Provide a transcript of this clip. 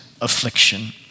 affliction